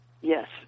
Yes